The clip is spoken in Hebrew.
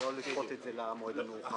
לא לדחות את זה למועד המאוחר.